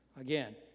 Again